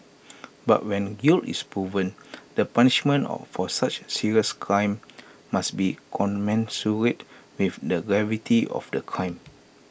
but when guilt is proven the punishment of for such serious crimes must be commensurate with the gravity of the crime